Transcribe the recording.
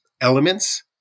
elements